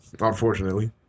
Unfortunately